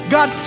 God